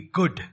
good